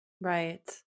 Right